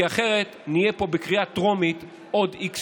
כי אחרת נהיה פה בקריאה טרומית עוד x שנים.